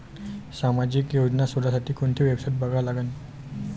सामाजिक योजना शोधासाठी कोंती वेबसाईट बघा लागन?